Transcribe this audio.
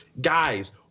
guys